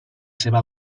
seva